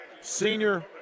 senior